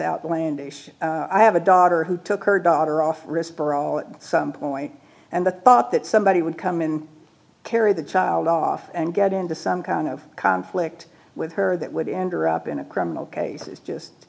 outlandish i have a daughter who took her daughter off respond at some point and the thought that somebody would come and carry the child off and get into some kind of conflict with her that would end up in a criminal case just